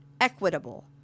equitable